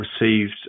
received